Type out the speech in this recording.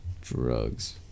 Drugs